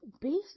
based